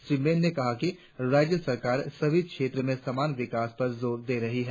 श्री मेन ने कहा कि राज्य सरकार सभी क्षेत्रों में समान विकास पर जोर दे रही है